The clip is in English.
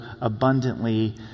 abundantly